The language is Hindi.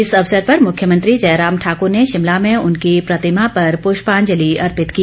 इस अवसर पर मुख्यमंत्री जयराम ठाकुर ने शिमला में उनकी प्रतिमा पर पुष्पांजलि अर्पित की